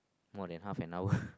more than half an hour